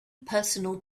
personal